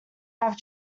have